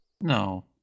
No